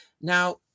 Now